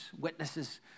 witnesses